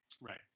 Right